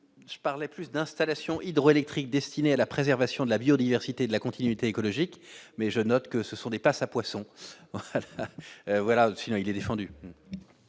je parlais plus d'installations hydroélectriques destinée à la préservation de la biodiversité de la continuité écologique mais je note que ce sont des Pass à poissons voilà, sinon, il est descendu.